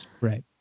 Right